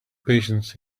patience